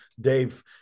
Dave